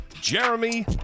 Jeremy